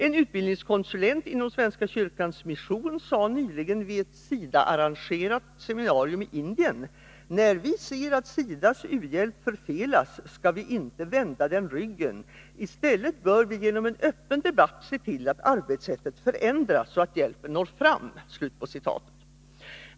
En utbildningskonsulent inom svenska kyrkans mission sade nyligen vid ett SIDA-arrangerat seminarium i Indien: När vi ser att SIDA:s u-hjälp förfelas, skall vi inte vända den ryggen. I stället bör vi genom en öppen debatt se till att arbetssättet förändras så att hjälpen når fram.